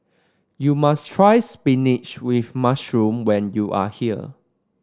you must try spinach with mushroom when you are here